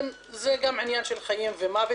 זה גם עניין של חיים ומוות.